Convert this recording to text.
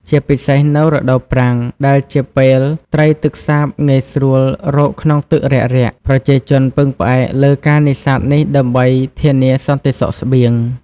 ជាពិសេសនៅរដូវប្រាំង ដែលជាពេលត្រីទឹកសាបងាយស្រួលរកក្នុងទឹករាក់ៗ ប្រជាជនពឹងផ្អែកលើការនេសាទនេះដើម្បីធានាសន្តិសុខស្បៀង។